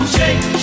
Shake